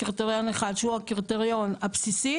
יש קריטריון אחד שהוא הקריטריון הבסיסי,